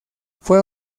fue